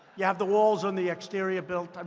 you have the walls on the exterior built? um